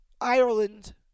Ireland